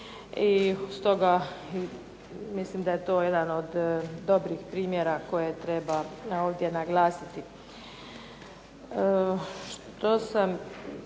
i stoga mislim da je to jedan od dobrih primjera koje treba ovdje naglasiti.